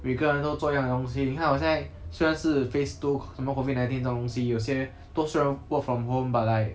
每个人都做一样的东西你看我现在虽然是 phase two COVID nineteen 这种东西有些多数的人 work from home but like